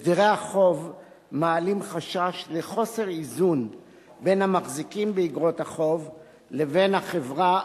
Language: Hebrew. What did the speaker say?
הסדרי החוב מעלים חשש לחוסר איזון בין המחזיקים באיגרות החוב לבין החברה